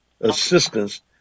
assistance